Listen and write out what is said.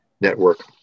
network